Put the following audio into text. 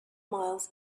miles